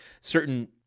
certain